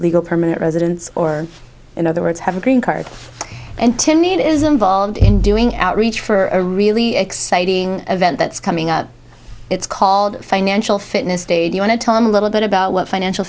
legal permanent residents or in other words have a green card and to me it is involved in doing outreach for a really exciting event that's coming up it's called financial fitness stage i want to tell them a little bit about what financial